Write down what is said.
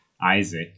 Isaac